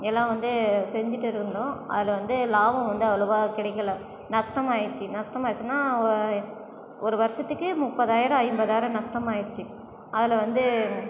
எல்லாம் வந்து செஞ்சுட்டு இருந்தோம் அதில் வந்து லாபம் வந்து அவ்வளோவா கிடைக்கல நஷ்டமாகிடுச்சு நஷ்டமாகிடுச்சின்னா ஒரு வருஷத்துக்கு முப்பதாயிரம் ஐம்பதாயிரம் நஷ்டமாயிடுச்சி அதில் வந்து